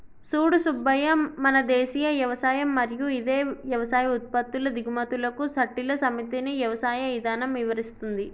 సూడు సూబ్బయ్య మన దేసీయ యవసాయం మరియు ఇదే యవసాయ ఉత్పత్తుల దిగుమతులకు సట్టిల సమితిని యవసాయ ఇధానం ఇవరిస్తుంది